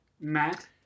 Matt